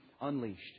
unleashed